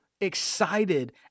excited